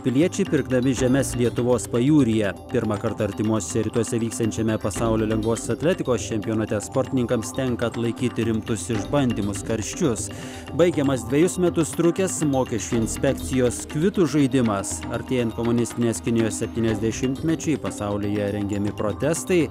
piliečiai pirkdami žemes lietuvos pajūryje pirmą kartą artimuosiuose rytuose vyksiančiame pasaulio lengvosios atletikos čempionate sportininkams tenka atlaikyti rimtus išbandymus karščius baigiamas dvejus metus trukęs mokesčių inspekcijos kvitų žaidimas artėjant komunistinės kinijos septyniasdešimtmečiui pasaulyje rengiami protestai